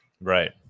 right